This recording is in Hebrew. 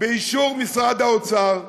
באישור משרד האוצר,